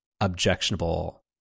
objectionable